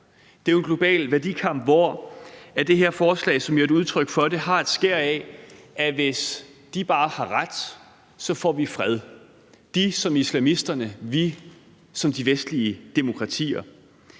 Det er en global værdikamp, som det her forslag jo er et udtryk for, og det har et skær af, at hvis de bare får ret, får vi fred – de som islamisterne, vi som de vestlige demokratier.